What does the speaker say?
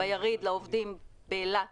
ביריד לעובדים באילת